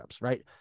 right